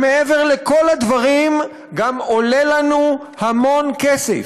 שמעבר לכל הדברים גם עולה לנו המון כסף.